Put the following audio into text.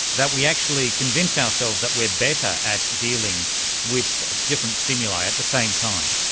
that we actually convince ourselves that we're better at dealing with different stimuli at the same time.